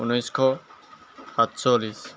ঊনৈছশ সাতচল্লিছ